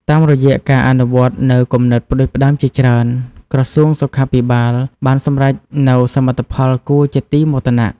តាមរយៈការអនុវត្តនូវគំនិតផ្តួចផ្តើមជាច្រើន ក្រសួងសុខាភិបាលបានសម្រេចនូវសមិទ្ធផលគួរជាទីមោទនៈ។